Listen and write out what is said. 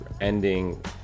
ending